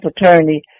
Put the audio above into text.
attorney